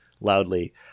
loudly